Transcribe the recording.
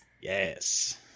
yes